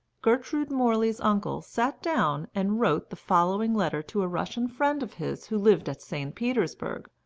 gertrude morley's uncle sat down and wrote the following letter to a russian friend of his who lived at st. petersburg,